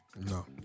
No